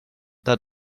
that